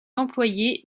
employés